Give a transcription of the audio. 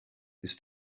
ist